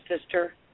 sister